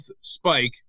spike